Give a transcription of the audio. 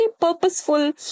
purposeful